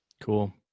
Cool